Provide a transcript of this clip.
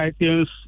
items